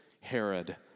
Herod